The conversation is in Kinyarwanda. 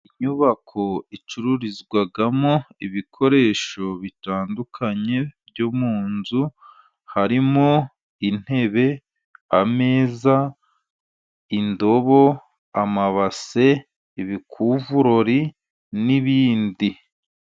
Inyubako icururizwamo ibikoresho bitandukanye byo mu nzu, harimo intebe, ameza, indobo, amabase, ibikuvurori n'ibindi.